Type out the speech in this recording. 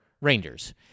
Rangers